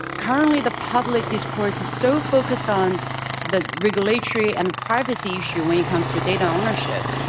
currently, the public discourse is so focused on the regulatory and privacy issue when it comes to data ownership.